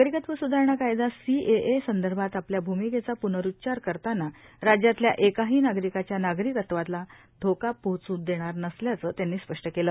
नागरिकत्व सुधारणा कायदा सीएए संदर्भात आपल्या भूमिकेचा पूनरुच्चार करताना राज्यातल्या एकाही नागरिकाच्या नागरिकत्वाला धोका पोहोच् देणार नसल्याचं त्यांनी स्पष्ट केलं